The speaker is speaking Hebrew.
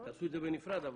תעשו את זה בנפרד.